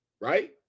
Right